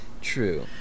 True